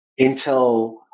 Intel